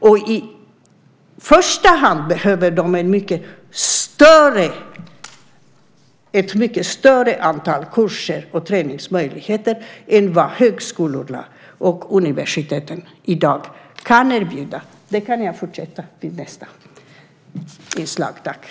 I första hand behöver de ett mycket större antal kurser och träningsmöjligheter än vad högskolorna och universiteten i dag kan erbjuda. Jag kan komma tillbaka till detta i nästa inlägg.